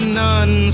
none